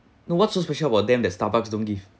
no what's so special about them that starbucks don't give